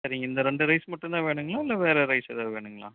சரிங்க இந்த ரெண்டு ரைஸ் மட்டும் தான் வேணுங்களா இல்லை வேறு ரைஸ் ஏதாவது வேணுங்களா